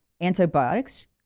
antibiotics